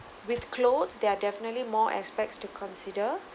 with clothes there are definitely more aspects to consider